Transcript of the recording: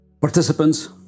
participants